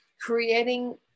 creating